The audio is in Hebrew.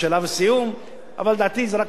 אבל לדעתי זאת רק תהיה הצהרה טובה,